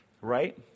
right